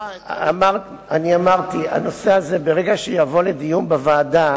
אמרתי שברגע שהנושא הזה יבוא לדיון בוועדה,